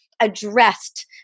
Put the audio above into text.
Addressed